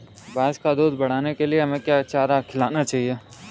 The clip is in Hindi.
भैंस का दूध बढ़ाने के लिए हमें क्या चारा खिलाना चाहिए?